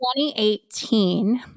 2018